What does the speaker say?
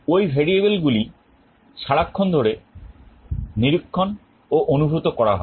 ওই variable গুলি সারাক্ষণ ধরে নিরীক্ষণ ও অনুভূত করা হয়